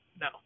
No